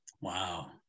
Wow